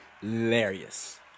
Hilarious